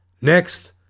Next